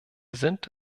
sind